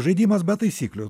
žaidimas be taisyklių